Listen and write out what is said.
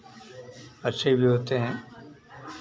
अच्छे भी होते हैं